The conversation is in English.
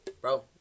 Bro